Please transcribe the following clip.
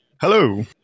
Hello